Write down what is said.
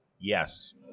Yes